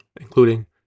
including